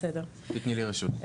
כשתרצי תתני לי רשות.